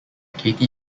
katie